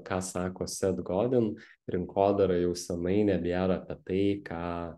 ką sako set goden rinkodara jau senai nebėra apie tai ką